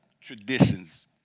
traditions